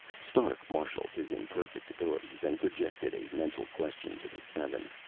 stark marshalled his imperfect abilities and projected a mental question to the seven.